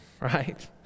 right